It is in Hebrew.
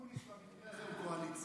אקוניס, במקרה הזה הם קואליציה.